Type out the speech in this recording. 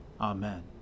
Amen